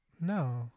no